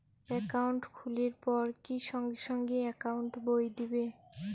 Account খুলির পর কি সঙ্গে সঙ্গে একাউন্ট বই দিবে?